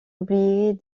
oubliés